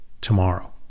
tomorrow